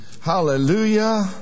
hallelujah